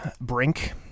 Brink